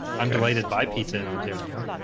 i'm delighted by pizza in ontario